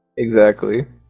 exactly